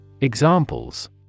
Examples